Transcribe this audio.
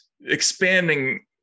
expanding